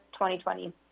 2020